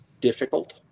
difficult